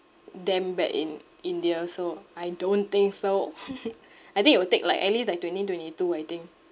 damn bad in india so I don't think so I think it will take like at least like twenty twenty two I think